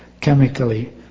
chemically